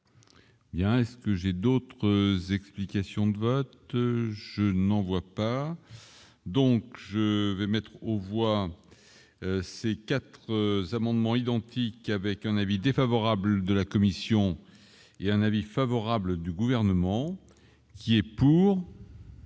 est ce que j'ai d'autres explications de vote, je n'en vois pas donc je vais mettre aux voix, ces 4 amendements identiques avec un avis défavorable de la commission et un avis favorable du gouvernement qui est pour.